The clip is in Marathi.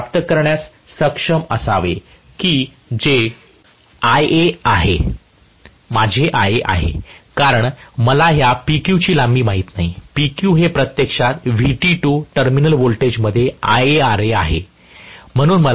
ते प्राप्त करण्यास सक्षम असावे जे कि माझे Ia आहे कारण मला ह्या PQ ची लांबी माहित आहे PQ हे प्रत्यक्षात Vt2 टर्मिनल व्होल्टेजमध्ये IaRa आहे